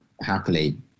happily